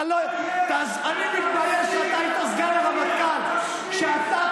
אני מתבייש שאתה היית סגן הרמטכ"ל כשאתה